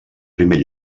primer